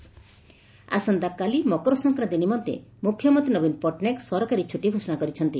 ମକର ଛଟ ଆସନ୍ତାକାଲି ମକର ସଂକ୍ରାନ୍ତି ନିମନ୍ତେ ମୁଖ୍ୟମନ୍ତୀ ନବୀନ ପଟ୍ଟନାୟକ ସରକାରୀ ଛୁଟି ଘୋଷଣା କରିଛନ୍ତି